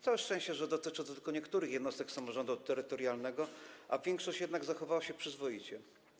Całe szczęście, że dotyczy to tylko niektórych jednostek samorządu terytorialnego, a większość zachowała się jednak przyzwoicie.